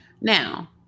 Now